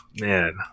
Man